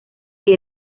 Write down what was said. que